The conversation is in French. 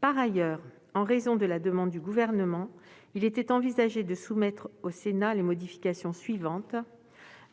Par ailleurs, en raison de la demande du Gouvernement, il était envisagé de soumettre au Sénat les modifications suivantes :